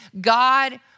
God